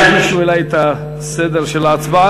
עד שיגישו לי את הסדר של ההצבעה,